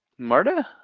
marta,